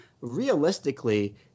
realistically